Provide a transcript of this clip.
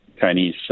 Chinese